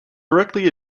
directly